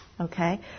okay